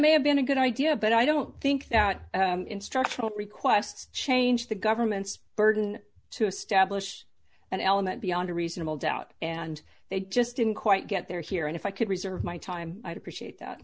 may have been a good idea but i don't think that instructional requests change the government's burden to establish an element beyond a reasonable doubt and they just didn't quite get there here and if i could reserve my time i'd appreciate that